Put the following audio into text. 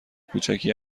کوچکی